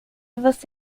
você